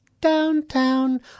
Downtown